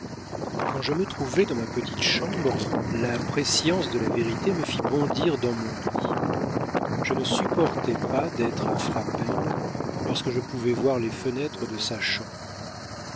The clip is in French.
quand je me trouvai dans ma petite chambre la prescience de la vérité me fit bondir dans mon lit je ne supportai pas d'être à frapesle lorsque je pouvais voir les fenêtres de sa chambre